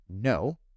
no